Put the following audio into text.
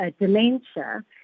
dementia